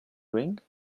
drink